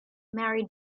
married